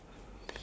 oh